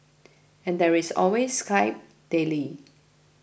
and there is always Skype daily